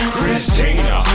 Christina